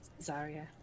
Zarya